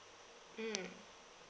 mm